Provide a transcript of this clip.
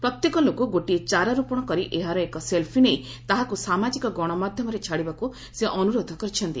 ପ୍ରତ୍ୟେକ ଲୋକ ଗୋଟିଏ ଚାରା ରୋପଣ କରି ଏହାର ଏକ ସେଲଫି ନେଇ ତାହାକୁ ସାମାଜିକ ଗଶମାଧ୍ୟମରେ ଛାଡ଼ିବାକୁ ସେ ଅନୁରୋଧ କରିଛନ୍ତି